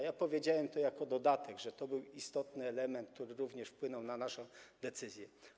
Ja powiedziałem to w formie dodatkowej, że to był istotny element, który również wpłynął na naszą decyzję.